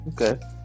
Okay